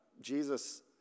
Jesus